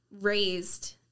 raised